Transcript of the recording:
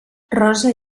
rosa